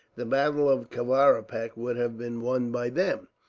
the battle of kavaripak would have been won by them,